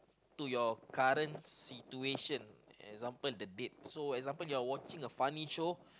to your current situation example the date so example you are watching a funny show